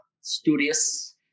studious